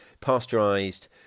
pasteurized